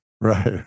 right